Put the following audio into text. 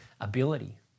ability